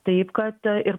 taip kad ir